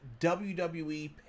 WWE